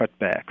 cutbacks